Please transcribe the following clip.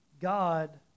God